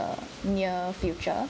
err near future